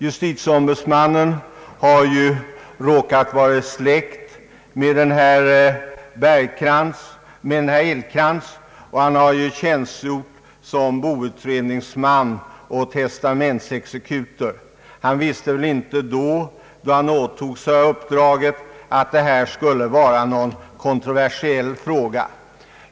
Justitieombudsmannen råkar vara släkt med herr Bäckström och han har även tjänstgjort som boutredningsman och testamentsexekutor. Han visste väl inte när han åtog sig uppdraget att detta skulle vara en kontroversiell fråga.